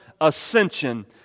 ascension